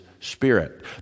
spirit